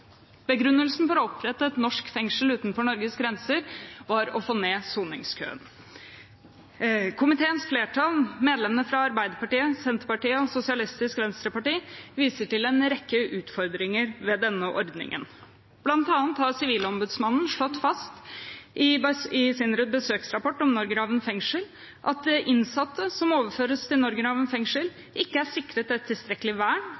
Begrunnelsen for å opprette et norsk fengsel utenfor Norges grenser var å få ned soningskøen. Komiteens flertall, medlemmene fra Arbeiderpartiet, Senterpartiet og Sosialistisk Venstreparti, viser til en rekke utfordringer ved denne ordningen. Blant annet har Sivilombudsmannen slått fast i sin besøksrapport om Norgerhaven fengsel at innsatte som overføres til Norgerhaven fengsel, ikke er sikret et tilstrekkelig vern